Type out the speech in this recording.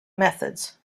methods